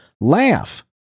Laugh